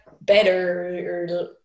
better